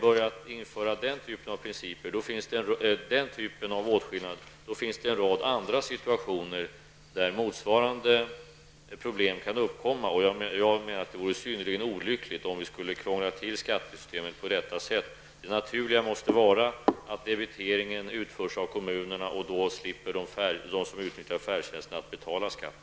Börjar vi införa den typen av åtskillnad, får vi en rad andra situationer där motsvarande problem kan uppkomma. Det vore synnerligen olyckligt om vi skulle krångla till skattesystemet på detta sätt. Det naturliga måste vara att debiteringen utförs av kommunerna. Då slipper de som utnyttjar färdtjänsten att betala skatt.